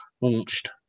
launched